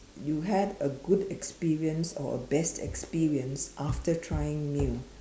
you had a good experience or a best experience after trying new